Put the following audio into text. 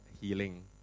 healing